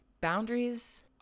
boundaries –